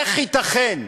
איך ייתכן?